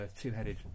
two-headed